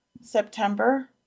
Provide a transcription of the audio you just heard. September